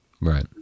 Right